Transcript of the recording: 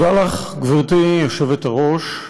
תודה לך, גברתי היושבת-ראש.